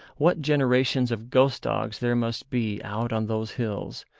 what generations of ghost-dogs there must be out on those hills,